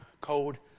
code